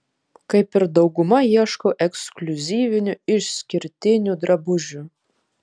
kaip ir dauguma ieškau ekskliuzyvinių išskirtinių drabužių